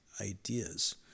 ideas